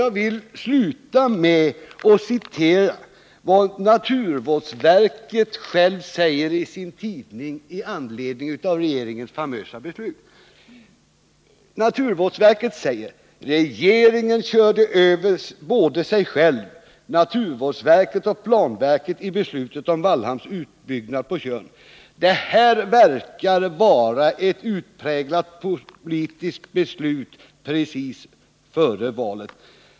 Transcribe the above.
Jag vill sluta med att citera vad naturvårdsverket självt säger i sin tidning med anledning av regeringens famösa beslut: ”Regeringen körde över både sig själv, naturvårdsverket och planverket i beslutet om Vallhamns utbyggnad på Tjörn. — Det här verkar vara ett utpräglat politiskt beslut precis före valet -—-—-.